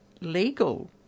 legal